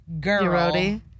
girl